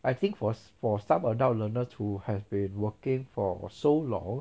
I think for s~ for some adult learners who has been working for so long